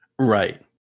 Right